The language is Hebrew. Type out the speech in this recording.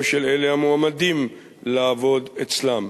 או של אלה המועמדים לעבוד אצלם.